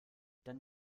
dann